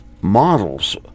models